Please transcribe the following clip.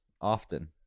often